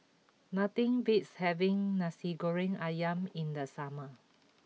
nothing beats having Nasi Goreng Ayam in the summer